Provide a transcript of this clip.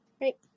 Right